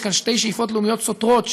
יש כאן שתי שאיפות לאומיות סותרות,